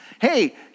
Hey